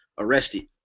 arrested